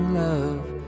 love